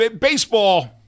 baseball